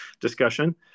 discussion